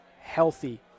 healthy